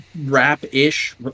rap-ish